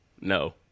No